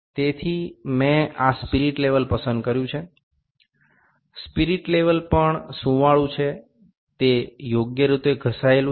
তাই আমি এই স্পিরিট লেভেল টিকে তুলে নিয়েছি স্পিরিট লেভেল টিও মসৃণ করা হয়েছে এটি সঠিকভাবে বসান হয়েছে